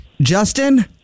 Justin